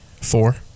four